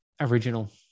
original